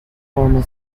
formal